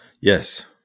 Yes